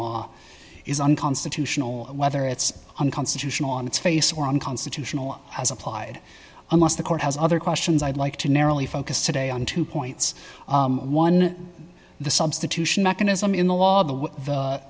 law is unconstitutional whether it's unconstitutional on its face or unconstitutional as applied unless the court has other questions i'd like to narrowly focused today on two points one the substitution mechanism in the law